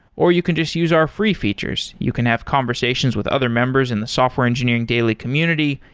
or you can just use our free features. you can have conversations with other members in the software engineering daily community.